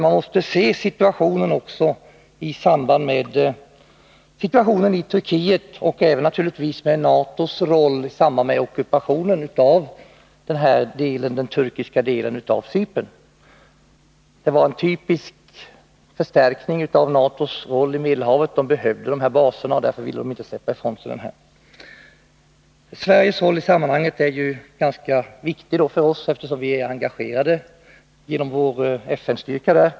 Man måste också se situationen i samband med situationen i Turkiet och naturligtvis även NATO:s roll i ockupationen av den turkiska delen av Cypern. Den innebär en typisk förstärkning av NATO:s roll i Medelhavet. Man behövde den här basen och ville inte släppa den ifrån sig. Sveriges roll i sammanhanget är ganska viktig, eftersom vi är engagerade genom vår FN-styrka där.